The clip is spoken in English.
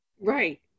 Right